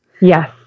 Yes